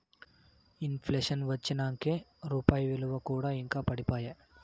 in ప్లేషన్ వచ్చినంకే రూపాయి ఇలువ కూడా ఇంకా పడిపాయే